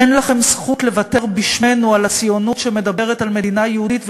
אין לכם זכות לוותר בשמנו על הציונות שמדברת על מדינה יהודית ודמוקרטית,